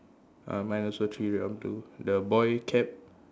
uh mine also three around two the boy cap